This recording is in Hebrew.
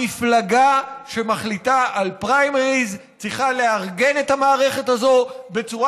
המפלגה שמחליטה על פריימריז צריכה לארגן את המערכת הזו בצורה